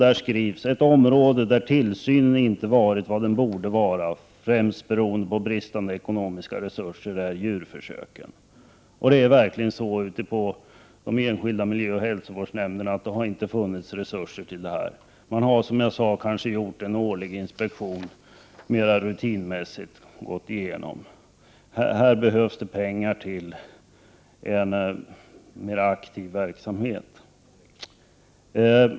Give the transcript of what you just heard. Det står i reservationen: ”Ett område där tillsynen inte varit vad den borde vara, främst beroende på bristande ekonomiska resurser, är djurförsöken.” Det har verkligen varit så att det ute på de enskilda miljöoch hälsovårdsnämnderna inte har funnits tillräckliga resurser. Det har kanske mera rutinmässigt gjorts en årlig inspektion. Här behövs det pengar till en mera aktiv verksamhet.